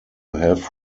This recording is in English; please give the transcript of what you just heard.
have